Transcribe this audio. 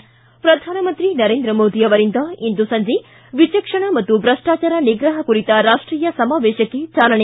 ು ಪ್ರಧಾನಮಂತ್ರಿ ನರೇಂದ್ರ ಮೋದಿ ಅವರಿಂದ ಇಂದು ಸಂಜೆ ವಿಚಕ್ಷಣ ಮತ್ತು ಭ್ರಷ್ಟಾಚಾರ ನಿಗ್ರಹ ಕುರಿತ ರಾಷ್ಟೀಯ ಸಮಾವೇಶಕ್ಕೆ ಚಾಲನೆ